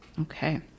Okay